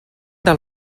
del